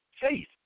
faith